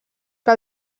que